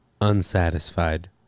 unsatisfied